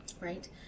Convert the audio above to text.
Right